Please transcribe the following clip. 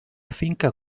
finca